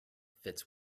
fits